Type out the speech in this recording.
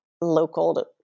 local